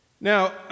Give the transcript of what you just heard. Now